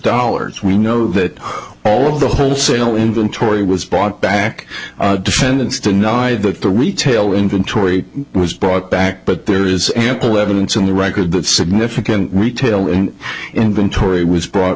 dollars we know that all of the wholesale inventory was bought back defendants to know why the retail inventory was brought back but there is ample evidence in the record that significant retail and inventory was brought